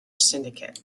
syndicate